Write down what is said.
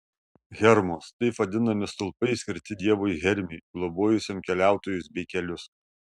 hermos taip vadinami stulpai skirti dievui hermiui globojusiam keliautojus bei kelius